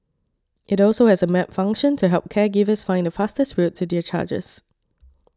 it also has a map function to help caregivers find the fastest route to their charges